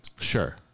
Sure